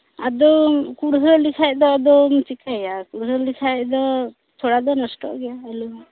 ᱟᱫᱚ ᱠᱩᱲᱦᱟᱹ ᱞᱮᱠᱷᱟᱡ ᱫᱚ ᱟᱫᱚᱢ ᱪᱤᱠᱟᱹᱭᱟ ᱠᱩᱲᱦᱟᱹ ᱞᱮᱠᱷᱟᱡ ᱫᱚ ᱛᱷᱚᱲᱟ ᱫᱚ ᱱᱚᱥᱴᱚᱜ ᱜᱮᱭᱟ ᱟᱞᱩ